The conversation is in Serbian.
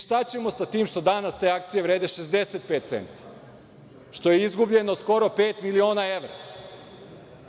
Šta ćemo sa tim što danas te akcije vrede 65 centi, što je izgubljeno skoro 5 miliona evra?